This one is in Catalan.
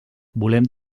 volem